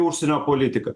užsienio politiką